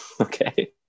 Okay